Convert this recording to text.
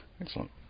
Excellent